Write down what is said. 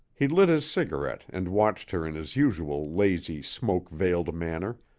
he lit his cigarette and watched her in his usual lazy, smoke-veiled manner,